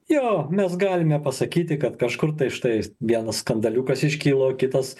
jo mes galime pasakyti kad kažkur tai štai vienas skandaliukas iškilo kitas